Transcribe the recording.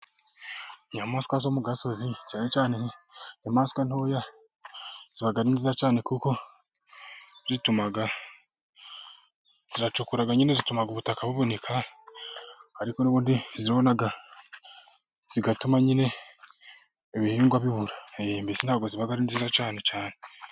Inyamaswa zo mu gasozi cyane cyane inyamaswa ntoya ziba ari nziza cyane kuko ziracukura nyine zigatuma ubutaka buboneka. Ariko n'ubundi zituma nyine ibihingwa bibura mbese ntabwo ziba ari nziza cyane cyane.